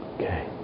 Okay